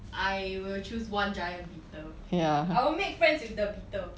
I will choose one giant beetle I will make friends with the beetle